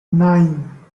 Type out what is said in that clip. nine